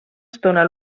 estona